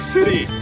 City